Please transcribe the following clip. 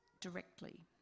directly